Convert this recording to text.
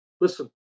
listen